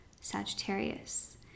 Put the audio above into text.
Sagittarius